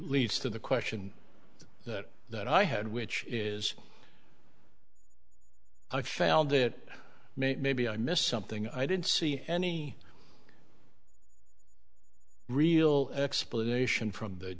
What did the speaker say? leads to the question that that i had which is i felt that maybe i missed something i didn't see any real explanation from the